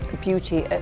beauty